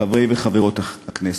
חברי וחברות הכנסת,